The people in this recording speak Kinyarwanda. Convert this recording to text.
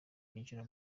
binjira